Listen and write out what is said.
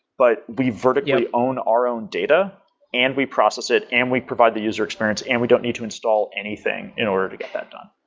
but we vertically own our own data and we process it and we provide the user experience and we don't need to install anything in order to get that done